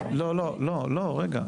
לא, לא, לא, רגע.